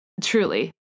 truly